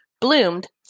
bloomed